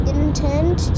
intent